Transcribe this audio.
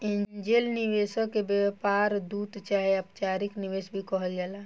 angel निवेशक के व्यापार दूत चाहे अपचारिक निवेशक भी कहल जाला